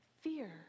Fear